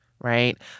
right